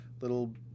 Little